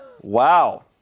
Wow